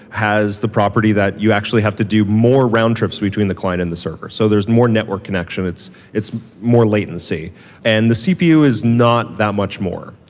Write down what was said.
has the property that you actually have to do more roundtrips between the client and the server. so there's more network connection. it's it's more latency, and the cpu is not that much more.